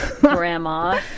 Grandma